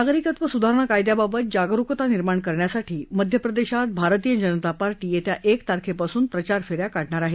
नागरिकत्व सुधारणा कायदयाबाबत जागरुकता निर्माण करण्यासाठी मध्य प्रदेशात भारतीय जनता पार्धी येत्या एक तारखेपासून प्रचारफेऱ्या काढणार आहे